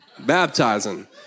baptizing